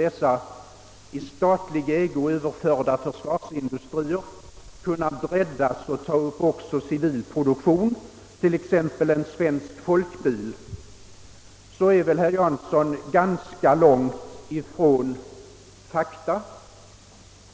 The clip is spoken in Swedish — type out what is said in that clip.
dessa i statlig ägo överförda försvarsindustrier så småningom skulle kunna breddas och ta upp även civil produktion, t.ex. en svensk folkbil, är väl herr Jansson ganska långt borta från fakta.